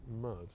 mud